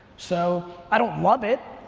so i don't love it.